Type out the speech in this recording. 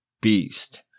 beast